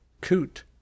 coot